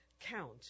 count